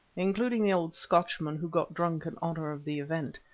including the old scotchman who got drunk in honour of the event,